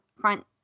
front